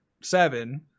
seven